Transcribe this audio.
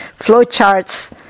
flowcharts